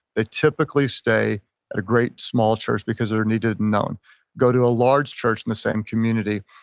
they typically stay at a great small church because they're needed and known go to a large church in the same community.